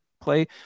play